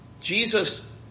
Jesus